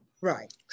Right